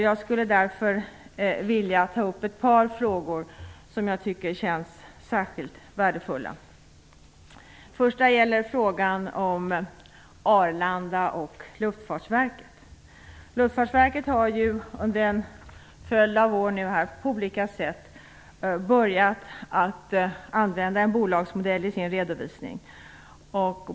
Jag vill därför ta upp ett par frågor som jag tycker känns särskilt angelägna. Jag vill börja med frågan om Arlanda och Luftfartsverket. Luftfartsverket har under en följd av år på olika sätt börjat att använda en bolagsmodell i sin redovisning.